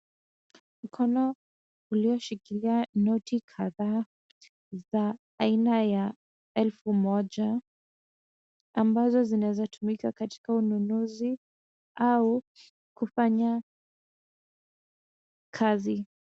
Mkono ulioshikilia noti kadhaa za aina ya elfu moja ambazo zinaweza tumika katika ununuzi au kufanya kazi.